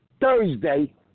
Thursday